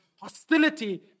hostility